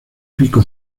pico